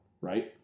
right